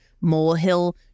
molehill